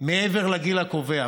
מעבר לגיל הקובע.